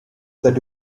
that